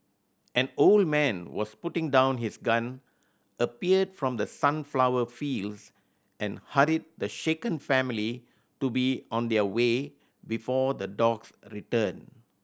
an old man was putting down his gun appeared from the sunflower fields and hurried the shaken family to be on their way before the dogs return